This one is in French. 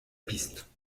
piste